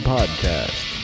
Podcast